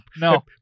no